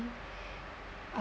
uh